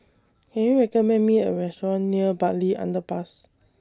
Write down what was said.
Can YOU recommend Me A Restaurant near Bartley Underpass